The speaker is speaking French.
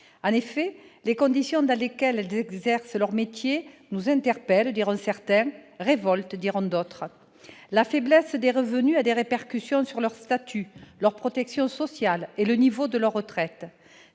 En effet, les conditions dans lesquelles celles-ci exercent leur métier nous interpellent, diront certains, nous révoltent, diront d'autres. La faiblesse des revenus a des répercussions sur leur statut, leur protection sociale et le montant de leur retraite.